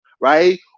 right